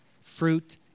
Fruit